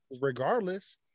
Regardless